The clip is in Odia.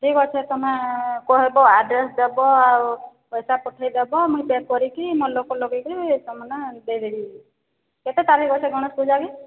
ଠିକ ଅଛେ ତୁମେ କହିବ ଆଡ଼୍ରେସ ଦେବ ଆଉ ପଇସା ପଠାଇ ଦେବ ମୁଇଁ ଚେକ୍ କରିକି ମୁଁ ଲୋକ ଲଗାଇକରି ତୁମ ନା ଦେଇଦେବି କେତେ ତାରିଖ ଅଛେ ଗଣେଶ ପୂଜା କି